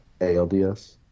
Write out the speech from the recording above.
ALDS